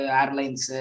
airlines